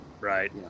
Right